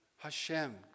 Hashem